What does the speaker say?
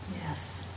Yes